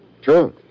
Sure